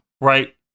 Right